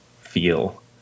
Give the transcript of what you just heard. feel